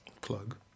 plug